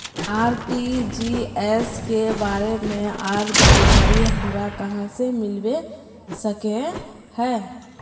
RTGS के बारे में आर जानकारी हमरा कहाँ से मिलबे सके है?